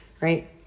right